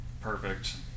Perfect